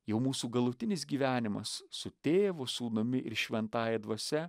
jau mūsų galutinis gyvenimas su tėvu sūnumi ir šventąja dvasia